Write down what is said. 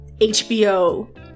HBO